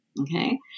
okay